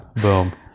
Boom